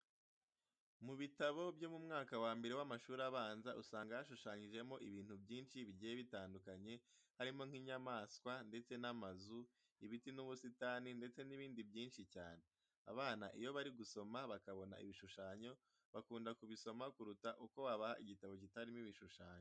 Mu bitabo byo mu mwaka wa mbere w'amashuri abanza usanga hashushanyijemo ibintu byinshi bigiye bitandukanye harimo nk'inyamaswa ndetse n'amazu, ibiti n'ubusitani ndetse n'ibindi byinshi cyane. Abana iyo bari gusoma bakabona ibishushanyo bakunda kubisoma kuruta uko wabaha igitabo kitarimo ibishushanyo.